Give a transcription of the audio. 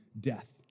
death